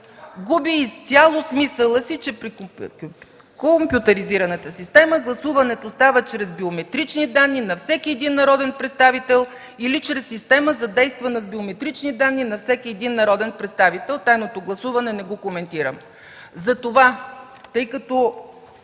губи изцяло смисъла си – че „при компютъризираната система гласуването става чрез биометрични данни на всеки един народен представител или чрез система, задействана с биометрични данни на всеки един от народните представители.”. Тайното гласуване не го коментирам.